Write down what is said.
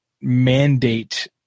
mandate